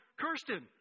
Kirsten